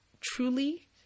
truly